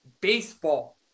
baseball